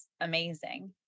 amazing